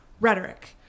rhetoric